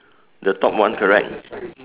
the top one correct